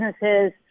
businesses